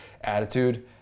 attitude